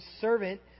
servant